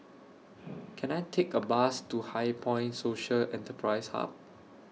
Can I Take A Bus to HighPoint Social Enterprise Hub